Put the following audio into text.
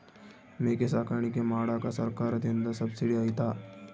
ಮೇಕೆ ಸಾಕಾಣಿಕೆ ಮಾಡಾಕ ಸರ್ಕಾರದಿಂದ ಸಬ್ಸಿಡಿ ಐತಾ?